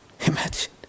Imagine